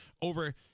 over